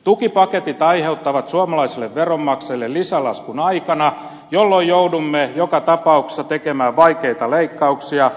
tukipaketit aiheuttavat suomalaisille veronmaksajille lisälaskun aikana jolloin joudumme joka tapauksessa tekemään vaikeita leikkauksia